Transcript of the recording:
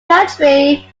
country